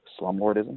slumlordism